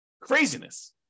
Craziness